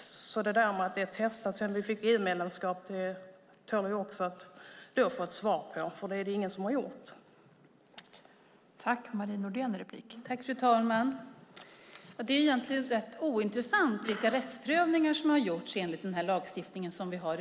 Uttalandet om att konventionen testats sedan vi blev EU-medlemmar tål att få ett svar eftersom ingen har gjort det.